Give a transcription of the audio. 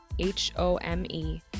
H-O-M-E